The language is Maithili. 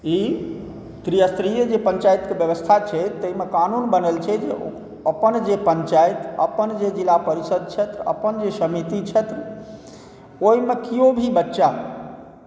ई त्रिस्तरीय जे पञ्चायतके व्यवस्था छै ताहिमे कानून बनल छै जे ओहिमे अपन जे पञ्चायत अपन जे जिला परिषद छथि अपन जे समिति छथि ओहिमे किओ भी बच्चा